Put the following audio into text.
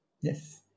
Yes